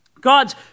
God's